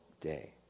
day